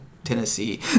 Tennessee